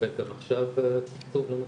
התקבל גם עכשיו תקצוב לנושא.